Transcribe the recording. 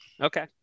Okay